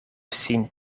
sin